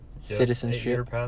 Citizenship